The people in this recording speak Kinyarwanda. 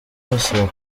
bose